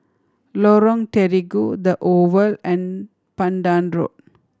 Lorong Terigu The Oval and Pandan Road